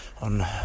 on